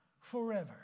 forever